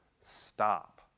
Stop